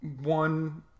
one